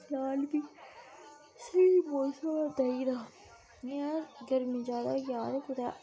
अद्ध तों जादै अद्ध कशा जादै रश रौंह्दा ओह्दे बाद च इद्धर साढ़ै